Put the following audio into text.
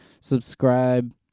subscribe